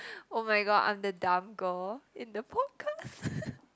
oh my god I'm the dumb girl in the